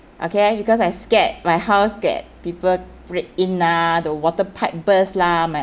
okay because I scared my house get people break in lah the water pipe burst lah my